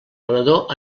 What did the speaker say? venedor